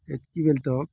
ଏତ୍କି ବେଳେ ତ